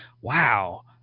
wow